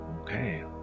Okay